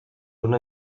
una